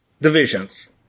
divisions